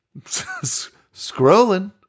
Scrolling